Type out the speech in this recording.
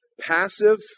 passive